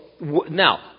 Now